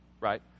right